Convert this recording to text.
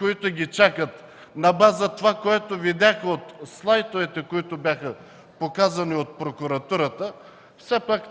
хората чакат, на база това, което видях от слайдовете, които бяха показани от прокуратурата, все пак